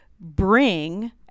bring